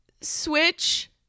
switch